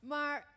Maar